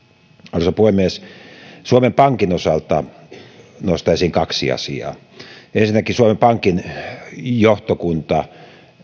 arvoisa puhemies suomen pankin osalta nostaisin kaksi asiaa ensinnäkin suomen pankin johtokunta